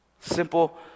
Simple